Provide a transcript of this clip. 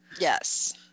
Yes